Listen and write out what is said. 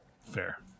Fair